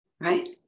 right